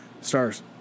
stars